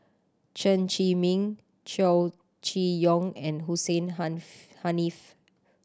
Chen Zhiming Chow Chee Yong and Hussein Haniff